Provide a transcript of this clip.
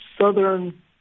Southern